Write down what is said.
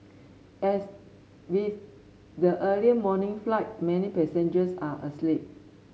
as with the early morning flight many passengers are asleep